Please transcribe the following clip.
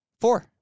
Four